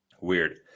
Weird